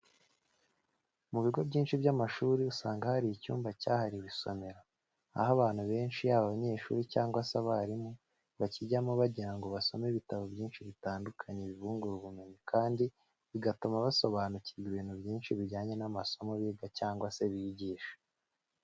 Mu bigo byinshi by'amashuri usanga haba hari icyumba cyahariwe isomero, aho abantu benshi yaba abanyeshuri cyangwa se abarimu bakijyamo kugira ngo basome ibitabo byinshi bitandukanye bibungura ubumenyi kandi bigatuma basobanukirwa ibintu byinshi bijyanye n'amasomo biga cyangwa bigisha.